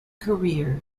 career